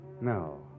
No